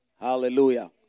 Hallelujah